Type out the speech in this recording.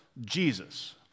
Jesus